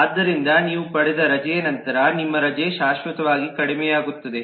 ಆದ್ದರಿಂದ ನೀವು ಪಡೆದ ರಜೆಯ ನಂತರ ನಿಮ್ಮ ರಜೆ ಶಾಶ್ವತವಾಗಿ ಕಡಿಮೆಯಾಗುತ್ತದೆ